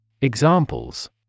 Examples